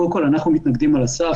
קודם כל, אנחנו מתנגדים על הסף.